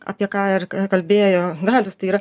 apie ką ir kalbėjo dalius tai yra